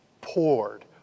poured